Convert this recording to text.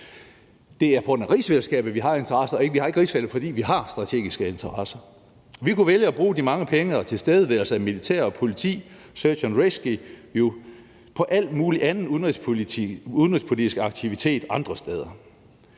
Det er på grund af rigsfællesskabet, vi har interesserne; vi har ikke rigsfællesskabet, fordi vi har strategiske interesser. Kl. 12:30 Vi kunne vælge at bruge de mange penge og tilstedeværelsen af militær og politi og search and rescue på al mulig anden udenrigspolitisk aktivitet andre steder.